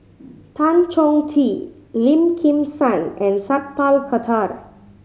Tan Chong Tee Lim Kim San and Sat Pal Khattar